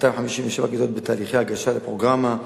257 כיתות בתהליכי הגשה לפרוגרמה.